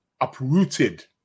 Uprooted